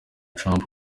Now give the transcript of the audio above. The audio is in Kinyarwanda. trump